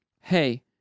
hey